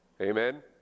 Amen